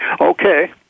Okay